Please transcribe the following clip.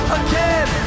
again